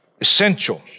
Essential